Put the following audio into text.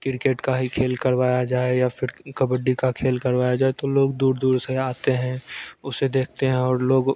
cricket का ही खेल करवाया जाए या फिर कबड्डी का खेल करवाया जाए तो लोग दूर दूर से आते हैं उसे देखते हैं और लोग